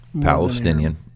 Palestinian